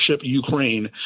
Ukraine